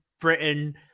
Britain